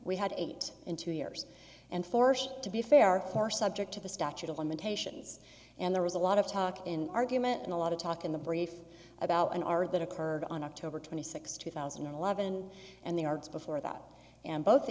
we had eight in two years and forced to be fair for subject to the statute of limitations and there was a lot of talk in argument and a lot of talk in the brief about an hour that occurred on october twenty sixth two thousand and eleven and the arts before that and both